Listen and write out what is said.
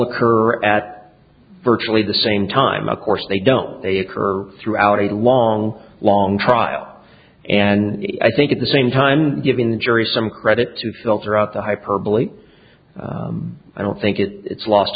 occur at virtually the same time of course they don't they occur throughout a long long trial and i think at the same time given jury some credit to filter out the hyperbole i don't think it's lost